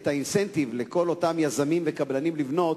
האינסנטיב לכל אותם יזמים וקבלנים לבנות,